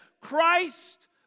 Christ